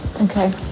Okay